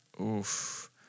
Oof